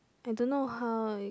I don't how it